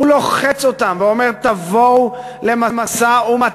הוא לוחץ אותם, ואומר: תבואו למשא-ומתן,